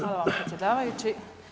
Hvala predsjedavajući.